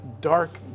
dark